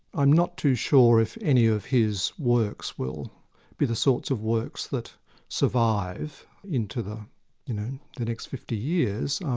i'm not too sure if any of his works will be the sorts of works that survive into the you know the next fifty years.